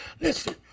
listen